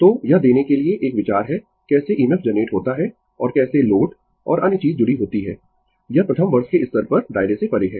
तो यह देने के लिए एक विचार है कैसे EMF जनरेट होता है और कैसे लोड और अन्य चीज जुड़ी होती है यह प्रथम वर्ष के स्तर पर दायरे से परे है